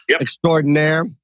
extraordinaire